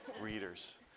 readers